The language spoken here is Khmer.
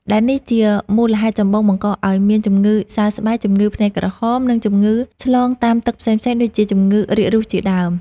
ដែលនេះ ជាមូលហេតុចម្បងបង្កឱ្យមានជំងឺសើស្បែក ជំងឺភ្នែកក្រហម និងជំងឺឆ្លងតាមទឹកផ្សេងៗដូចជាជំងឺរាគរូសជាដើម។